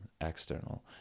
external